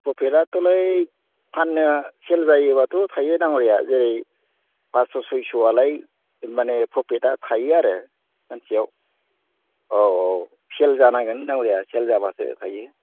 प्रफिटाथ'लै फाननो सेल जायोब्लाथ' थायो दाङ'रिया जेरै पास्स' सयस'आलाय माने प्रफिटा थायो आरो सानसेयाव औ औ सेल जानांगोन दाङ'रिया सेल जाब्लासो थायो